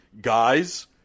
guys